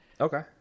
okay